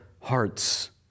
hearts